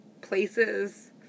places